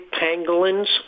pangolins